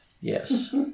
Yes